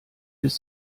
bis